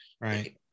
right